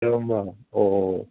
एवं वा ओ ओ ओ